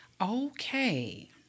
Okay